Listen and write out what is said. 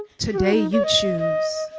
today you choose.